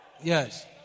Yes